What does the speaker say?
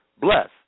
Bless